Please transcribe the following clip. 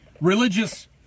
religious